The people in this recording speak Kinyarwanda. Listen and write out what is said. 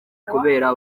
kubera